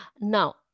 now